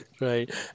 Right